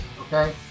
okay